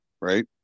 right